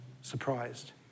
surprised